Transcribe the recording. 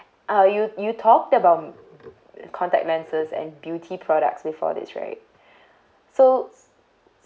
uh you you talked about contact lenses and beauty products before this right so